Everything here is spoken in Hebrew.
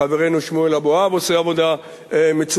חברנו, שמואל אבואב, עושה עבודה מצוינת.